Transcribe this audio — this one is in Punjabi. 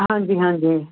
ਹਾਂਜੀ ਹਾਂਜੀ